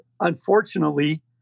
unfortunately